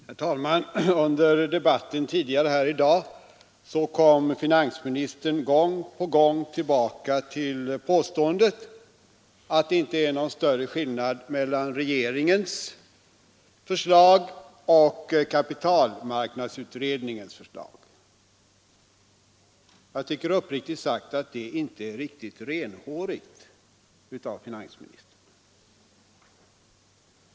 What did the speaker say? Herr talman! Under debatten tidigare här i dag kom finansministern gång på gång tillbaka till påståendet att det inte är någon större skillnad mellan regeringens förslag och kapitalmarknadsutredningens förslag. Jag tycker uppriktigt sagt att det inte är riktigt renhårigt av finansministern.